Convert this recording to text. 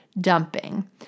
dumping